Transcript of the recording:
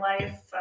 Life